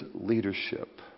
leadership